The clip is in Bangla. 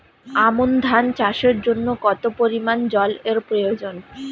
আমন ধান চাষের জন্য কত পরিমান জল এর প্রয়োজন?